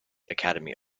academy